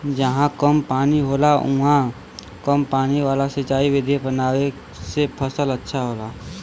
जहां कम पानी होला उहाँ कम पानी वाला सिंचाई विधि अपनावे से फसल अच्छा होला